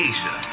Asia